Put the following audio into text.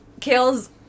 Kale's